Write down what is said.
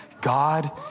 God